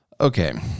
Okay